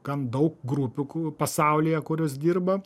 gan daug grupių ku pasaulyje kurios dirba